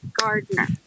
gardener